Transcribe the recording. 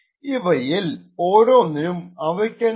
ഇവയിൽ ഓരോന്നിനും അവക്കനുസൃതമായി ചെയ്യേണ്ടിവരും